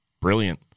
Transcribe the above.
Brilliant